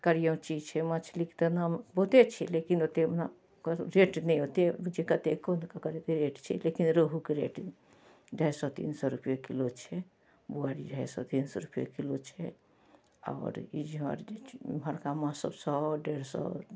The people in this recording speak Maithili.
करिऔँची छै मछलीके तऽ नाम बहुते छै लेकिन ओतेक नाम ओकर रेट नहि ओतेक होइ छै कतेक कोन ककर रेट छै लेकिन रोहूके रेट अढ़ाइ सौ तीन सौ रुपैए किलो छै बुआरी अढ़ाइ सओ तीन सओ रुपैए किलो छै आओर ई जे छै बड़का माँछसब सओ डेढ़ सओ